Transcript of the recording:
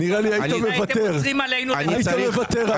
אחרת הייתם אוסרים עלינו ל --- נראה לי שהיית מוותר.